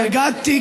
אמרתי,